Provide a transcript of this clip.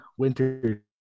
winter